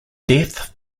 death